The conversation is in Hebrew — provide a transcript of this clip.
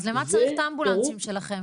אז למה צריך את האמבולנסים שלכם?